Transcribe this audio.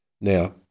Now